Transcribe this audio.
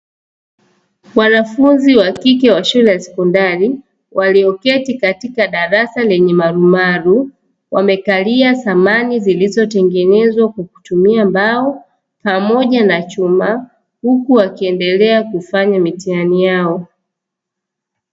Wanafunzi wa kike wa shule ya sekondari walioketi katika darasa lenye marumaru, wamekalia samani zilizotengenezwa kwa kutumia mbao pamoja na chuma huku wakiendelea kufanya mitihani yao.